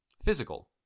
physical